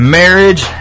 marriage